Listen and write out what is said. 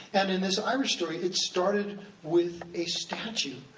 and in this irish story, it started with a statue.